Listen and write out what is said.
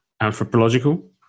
anthropological